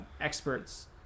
experts